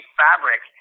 fabric